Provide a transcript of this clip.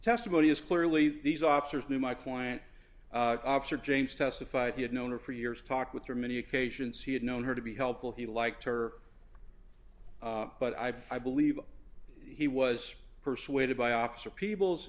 estimony is clearly these officers knew my client oxer james testified he had known her for years talked with her many occasions he had known her to be helpful he liked her but i believe he was persuaded by officer peoples